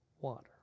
water